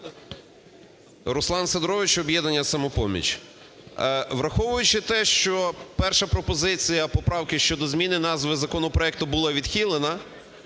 Руслан Сидорович, "Об'єднання "Самопоміч". Враховуючи те, що перша пропозиція поправки щодо зміни назви законопроекту була відхилена,